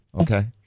Okay